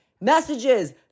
messages